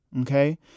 okay